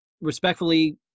respectfully